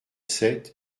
sept